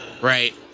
Right